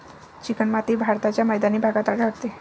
चिकणमाती भारताच्या मैदानी भागात आढळते